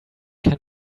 can